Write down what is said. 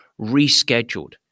rescheduled